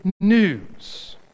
news